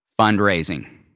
fundraising